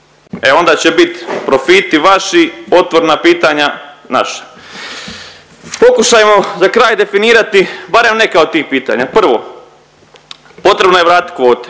e onda će biti profiti vaši otvorena pitanja naša. Pokušajmo za kraj definirati barem neka od tih pitanja. Prvo, potrebno je vratiti kvote